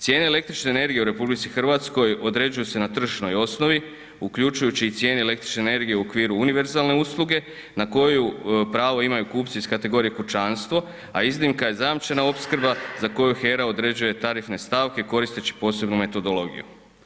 Cijene električne energije u RH određuje se na tržišnoj osnovi, uključujući i cijene električne energije u okviru univerzalne usluge, na koju pravo imaju kupci iz kategorije kućanstvo, a iznimka je zajamčena opskrba, za koju HERA određuje tarifne stavke koristeći posebnu metodologiju.